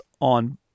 on